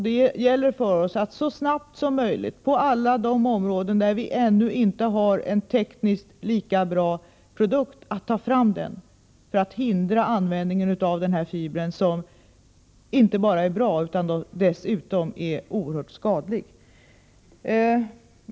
Det gäller för oss att på alla de områden, där vi ännu inte har en tekniskt lika bra produkt, så snabbt som möjligt ta fram en sådan för att hindra användningen av denna fiber som inte bara har egenskapen att vara bra utan dessutom är oerhört skadlig.